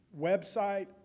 website